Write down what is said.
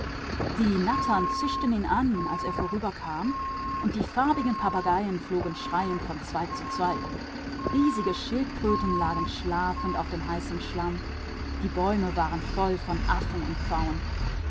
die nattern zischten nach ihm als er vorüberging und die farbenstrahlenden papageien flogen kreischend von ast zu ast riesige schildkröten lagen schlafend auf dem heißen schlamm und die bäume waren voll von affen und pfauen